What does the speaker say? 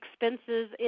expenses